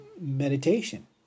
meditation